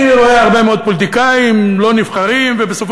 אני רואה הרבה מאוד פוליטיקאים שלא נבחרים ובסופו